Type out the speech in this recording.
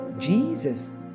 Jesus